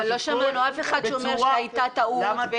--- לא שמענו אף אחד שאומר שהייתה טעות.